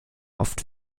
oft